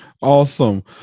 Awesome